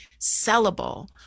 sellable